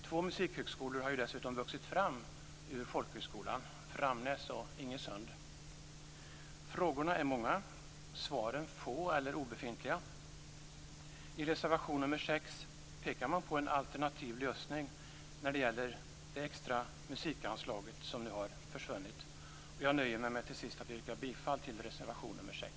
Två musikhögskolor har dessutom vuxit fram ur folkhögskolan, nämligen Framnäs och Ingesund. Frågorna är många. Svaren är få eller obefintliga. I reservation 6 pekar man på en alternativ lösning när det gäller det extra musikanslag som nu har försvunnit. Jag nöjer mig med att till sist yrka bifall till reservation 6.